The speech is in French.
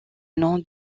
nom